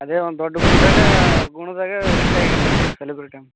ಅದೇ ಒಂದು ದೊಡ್ಡ ಗುಣ್ದಾಗೆ ಗುಣದಾಗೇ ಇಷ್ಟ ಆಗೀರಿ ನೀವು ಸೆಲೆಬ್ರಿಟಿ ಅಂತ